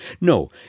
No